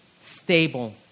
stable